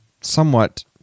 somewhat